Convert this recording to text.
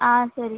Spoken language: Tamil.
ஆ சரி